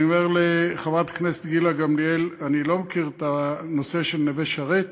אני אומר לחברת הכנסת גילה גמליאל: אני לא מכיר את הנושא של נווה-שרת.